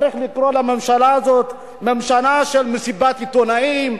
צריך לקרוא לממשלה הזאת "ממשלה של מסיבת עיתונאים",